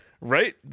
Right